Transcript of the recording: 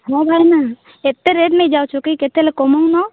ହଁ ଭାଇନା ଏତେ ରେଟ୍ ନେଇଯାଉଛ କି କେତେ ହେଲେ କମାଉନ